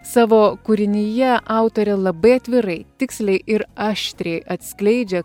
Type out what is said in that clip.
savo kūrinyje autorė labai atvirai tiksliai ir aštriai atskleidžia